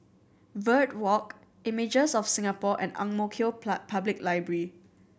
Verde Walk Images of Singapore and Ang Mo Kio Public Library